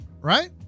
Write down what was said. right